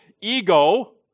ego